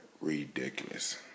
ridiculous